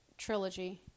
Trilogy